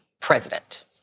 president